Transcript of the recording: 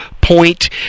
point